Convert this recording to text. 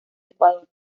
ecuador